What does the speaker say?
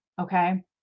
Okay